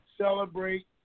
celebrate